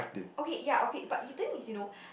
okay ya okay but you think is you know